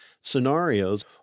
scenarios